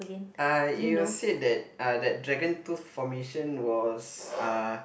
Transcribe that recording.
uh you said that uh that dragon tooth formation was uh